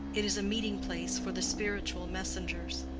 it is a meeting-place for the spiritual messengers.